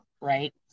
right